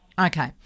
Okay